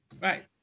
right